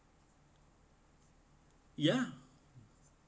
ya